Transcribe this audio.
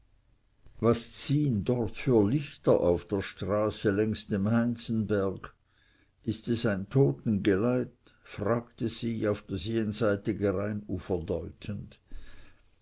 was ziehn dort für lichter auf der straße längs dem heinzenberg ist es ein totengeleit fragte sie auf das jenseitige rheinufer